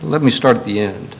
let me start at the end